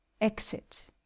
Exit